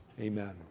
amen